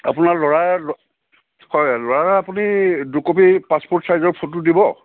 আপোনাৰ ল'ৰাৰ হয় ল'ৰাৰ আপুনি দুকপি পাছপৰ্ট চাইজৰ ফটো দিব